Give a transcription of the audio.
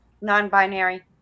Non-binary